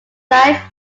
life